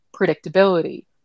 predictability